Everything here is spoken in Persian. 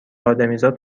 ادمیزاد